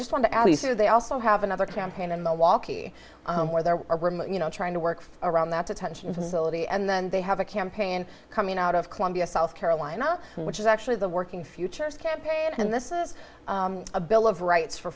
just want to add these are they also have another campaign in milwaukee where they're you know trying to work around that detention facility and then they have a campaign coming out of columbia south carolina which is actually the working futures campaign and this is a bill of rights for